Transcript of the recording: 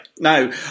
Now